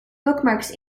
bookmarks